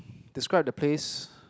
describe the place